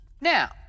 now